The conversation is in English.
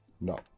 no